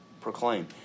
proclaim